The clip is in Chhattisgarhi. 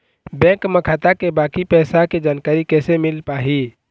बैंक म खाता के बाकी पैसा के जानकारी कैसे मिल पाही?